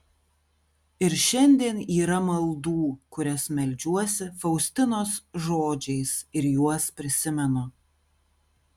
ir šiandien yra maldų kurias meldžiuosi faustinos žodžiais ir juos prisimenu